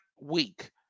week